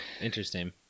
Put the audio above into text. Interesting